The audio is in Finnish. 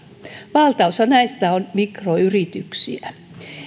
valtaosa näistä on mikroyrityksiä